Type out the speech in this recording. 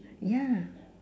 ya